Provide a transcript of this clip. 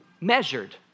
measured